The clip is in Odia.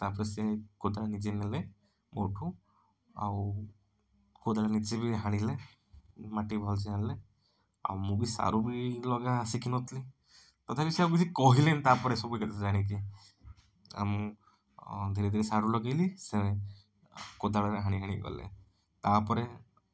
ତାପରେ ସେ କୋଦାଳ ନିଜେ ନେଲେ ମୋ ଠୁ ଆଉ କୋଦାଳ ନିଜେ ବି ହାଣିଲେ ମାଟି ଭଲସେ ହାଣିଲେ ଆଉ ମୁଁ ବି ସାରୁ ବି ଲଗା ଶିଖି ନଥିଲି ତଥାପି ସେ ଆଉ କିଛି କହିଲେନି ତାପରେ ସବୁ ଏ କଥା ଜାଣିକି ଆଉ ମୁଁ ଧିରେ ଧିରେ ସାରୁ ଲଗାଇଲି ସେ କୋଦାଳ ରେ ହାଣି ହାଣି ଗଲେ ତାପରେ